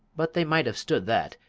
but they might have stood that.